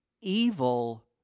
evil